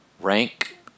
rank